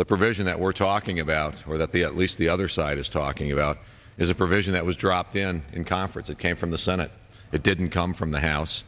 the provision that we're talking about or that the at least the other side is talking about is a provision that was dropped in in conference that came from the senate that didn't come from the house